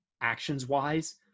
actions-wise